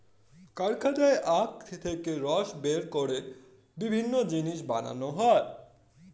কারখানায় আখ থেকে রস বের করে বিভিন্ন জিনিস বানানো হয়